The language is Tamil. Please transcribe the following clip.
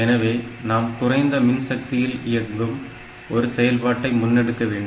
எனவே நாம் குறைந்த மின்சக்தியில் இயங்கும் ஒரு செயல்பாட்டை முன்னெடுக்க வேண்டும்